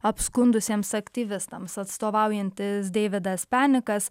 apskundusiems aktyvistams atstovaujantis deividas penikas